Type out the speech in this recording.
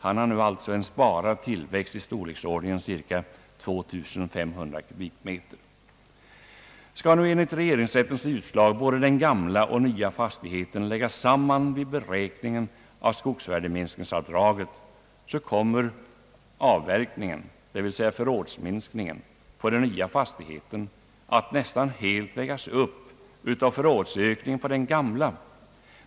Han har nu alltså en sparad tillväxt i storleksordningen 2500 kubikmeter. Om nu enligt regeringsrättens utslag både den gamla och den nya fastigheten skall läggas samman vid beräkningen av skogsvärdeminskningsavdraget, kommer avverkningen, dvs. förrådsminskningen, på den nya fastigheten att nästan helt vägas upp av förrådsökningen på den gamla.